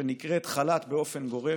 שנקראת "חל"ת באופן גורף"